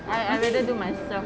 I I rather do myself